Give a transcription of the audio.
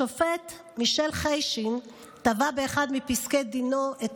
השופט מישאל חשין טבע באחד מפסקי דינו את